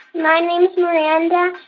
my name's miranda.